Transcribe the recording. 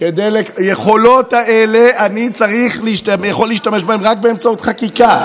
ביכולות האלה אני יכול להשתמש רק באמצעות חקיקה.